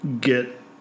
get